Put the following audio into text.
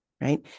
right